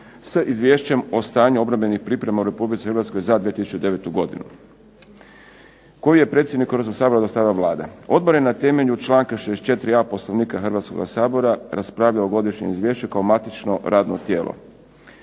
s Izvješćem o stanju obrambenih priprema u Republici Hrvatskoj za 2009. godinu koji je predsjedniku Hrvatskoga sabora dostavila Vlada. Odbor je na temelju članka 64.a Poslovnika Hrvatskoga sabora raspravljao Godišnje izvješće kao matično radno tijelo.